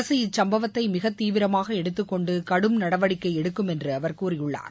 அரசு இச்சம்பவத்தை மிக தீவிரமாக எடுத்துக் கொண்டு கடும் நடவடிக்கை எடுக்கும் என்று அவர் கூறியுள்ளார்